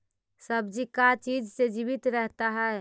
सब्जी का चीज से जीवित रहता है?